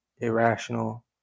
irrational